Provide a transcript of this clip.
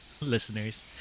Listeners